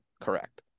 correct